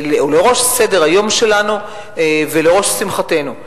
לראש סדר-היום שלנו ולראש שמחתנו.